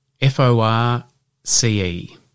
F-O-R-C-E